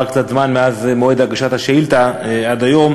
עבר קצת זמן מאז מועד הגשת השאילתה ועד היום.